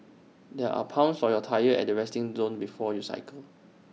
there are pumps for your tyres at the resting zone before you cycle